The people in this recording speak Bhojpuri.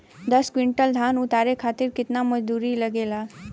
दस क्विंटल धान उतारे खातिर कितना मजदूरी लगे ला?